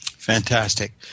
Fantastic